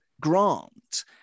grant